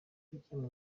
tujyane